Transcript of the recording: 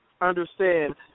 understand